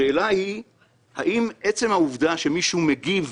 השאלה היא האם עצם העובדה שמישהו מגיב